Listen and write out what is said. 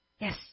Yes